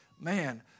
man